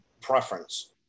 preference